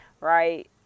right